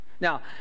Now